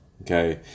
Okay